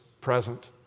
present